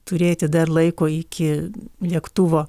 turėti dar laiko iki lėktuvo